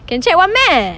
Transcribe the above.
can check [one] meh